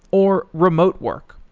or remote work.